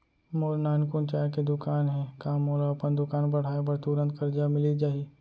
मोर नानकुन चाय के दुकान हे का मोला अपन दुकान बढ़ाये बर तुरंत करजा मिलिस जाही?